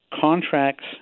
contracts